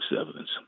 evidence